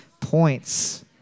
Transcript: points